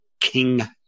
king